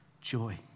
joy